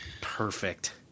Perfect